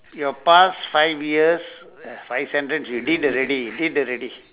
your past five years five sentence you did already did already